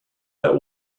that